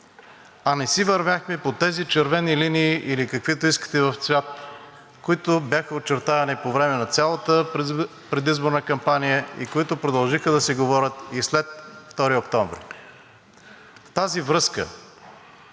а не си вървяхме по тези червени линии, или каквито искате в цвят, които бяха очертавани по време на цялата предизборна кампания и които продължиха да се говорят и след 2 октомври. В тази връзка,